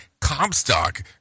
Comstock